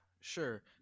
sure